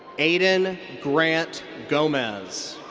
aidan grant gomez.